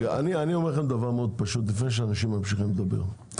לפני שאנשים ממשיכים לדבר,